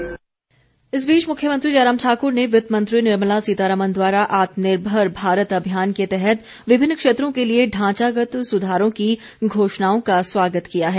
मख्यमंत्री इस बीच मुख्यमंत्री जयराम ठाकुर ने वित्त मंत्री निर्मला सीतारमन द्वारा आत्मनिर्भर भारत अभियान के तहत विभिन्न क्षेत्रों के लिए ढांचागत सुधारों की घोषणाओं का स्वागत किया है